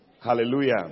Hallelujah